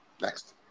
Next